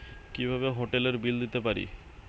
কিভাবে হোটেলের বিল দিতে পারি?